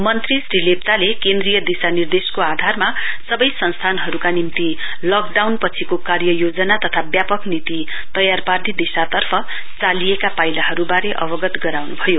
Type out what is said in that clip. मन्त्री श्री लेप्चाले केन्द्रीय दिशानिर्देशको आधारमा सबै संस्थानहरूका निम्ति लकडाउनपछिको कार्य योजना तथा व्यापक नीति तयार पार्ने दिशातर्फ चालिएका पाइलाहरूबारे अवगत गराउनुभयो